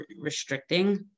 restricting